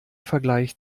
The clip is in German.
vergleich